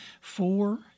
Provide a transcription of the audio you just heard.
four